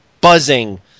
buzzing